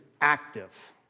active